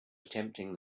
attempting